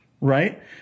Right